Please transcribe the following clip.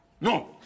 No